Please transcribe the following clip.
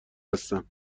هستم